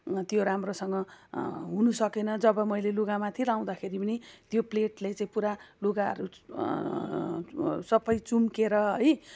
त्यो राम्रोसँग हुनु सकेन जब मैले लुगा माथि लाउँदाखेरि पनि त्यो प्लेटले चाहिँ पुरा लुगाहरू सबै चुम्केर है